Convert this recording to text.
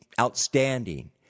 outstanding